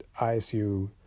ISU